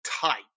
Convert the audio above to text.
tight